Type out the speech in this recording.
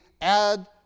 add